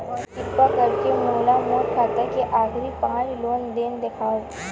किरपा करके मोला मोर खाता के आखिरी पांच लेन देन देखाव